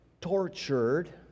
tortured